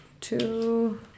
two